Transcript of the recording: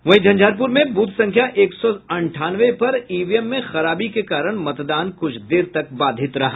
वहीं झंझारपुर में ब्रथ संख्या एक सौ अंठानवें पर ईवीएम में खराबी के कारण मतदान कुछ देर तक बाधित रहा